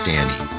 Danny